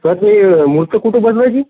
sir ते मूर्त कुठं बसवायची